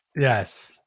Yes